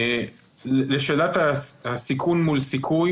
לשאלת הסיכון מול הסיכוי